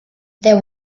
there